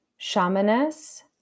shamaness